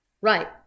Right